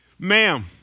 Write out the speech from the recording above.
Ma'am